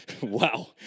Wow